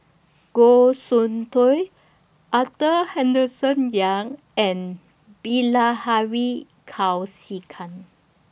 Goh Soon Tioe Arthur Henderson Young and Bilahari Kausikan